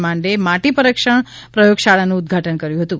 માંડેએ માટી પરિક્ષણ પ્રયોગશાળાનુ ઉદઘાટન કર્યુ હતુ